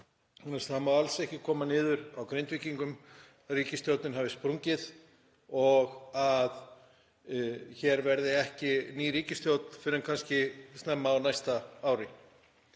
þess að það má alls ekki koma niður á Grindvíkingum að ríkisstjórnin hafi sprungið og að hér verði ekki ný ríkisstjórn fyrr en kannski snemma á næsta ári.